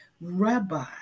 Rabbi